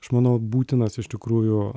aš manau būtinas iš tikrųjų